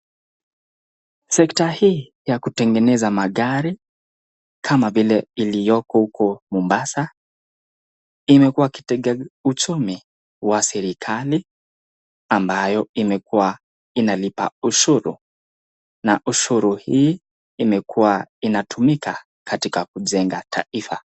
Sekta hii ya kutengeneza magari kama vile iliyoko huko Mombasa imekuwa kitega uchumi wa serikali ambayo imekuwa inalipa ushuru. Na ushuru hii imekuwa inatumika katika kujenga taifa.